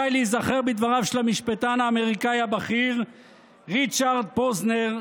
די להיזכר בדבריו של המשפטן האמריקני הבכיר ריצ'רד פוזנר,